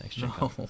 no